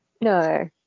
no